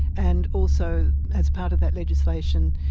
and also as part of that legislation,